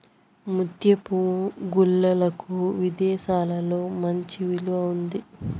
ముత్యపు గుల్లలకు విదేశాలలో మంచి విలువ ఉంది